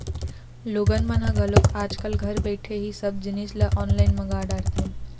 लोगन मन ह घलोक आज कल घर बइठे ही सब जिनिस ल ऑनलाईन मंगा डरथे